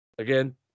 Again